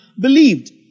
believed